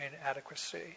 inadequacy